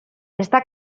está